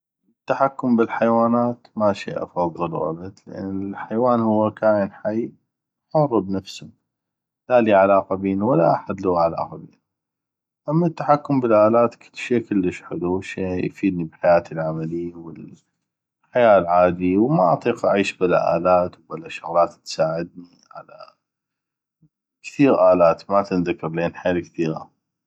التحكم بالحيوانات ما شي افضلو ابد لان الحيوان هوكائن حي حر بنفسو لا لي علاقه بينو ولا احد لوه علاقة بينو اما التحكم بالالات شي كلش حلو شي يفيدني بحياتي العملي والحياة العادي ما اطيق اعيش بلى الات وبلى شغلات تساعدني على كثيغ الات ما تنذكر لان حيل كثيغه